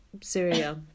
Syria